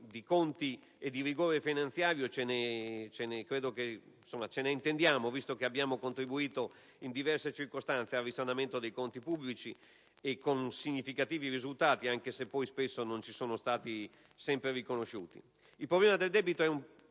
pubblici e di rigore finanziario ce ne intendiamo, visto che abbiamo contribuito in diverse circostanze al risanamento dei conti pubblici con significativi risultati, anche se non sempre ci sono stati riconosciuti. Il problema del debito è